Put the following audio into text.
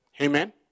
Amen